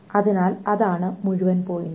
അതിനാൽ അതാണ് മുഴുവൻ പോയിന്റും